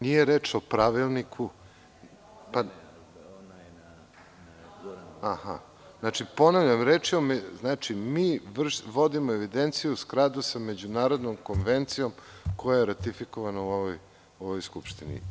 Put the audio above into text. Nije reč o pravilniku, ponavljam, mi vršimo evidenciju u skladu sa Međunarodnom konvencijom koja je ratifikovana u ovoj Skupštini.